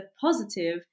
positive